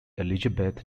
elizabeth